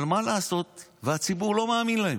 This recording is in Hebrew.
אבל מה לעשות, הציבור לא מאמין להם.